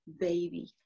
baby